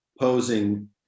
posing